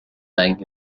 bank